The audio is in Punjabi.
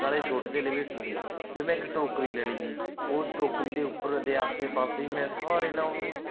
ਨਾਲੇ ਛੋਟੇ 'ਤੇ ਲਪੇਟ ਤੀ ਫਿਰ ਮੈਂ ਇੱਕ ਟੋਕਰੀ ਲੈ ਲਈ ਜੀ ਉਸ ਟੋਕਰੀ ਦੇ ਉੱਪਰ ਉਹਦੇ ਆਸੇ ਪਾਸੇ ਮੈਂ ਸਾਰੇ ਨਾ ਉਹਨੂੰ